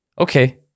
Okay